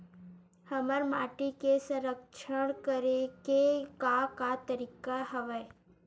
हमर माटी के संरक्षण करेके का का तरीका हवय?